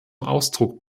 ausdruck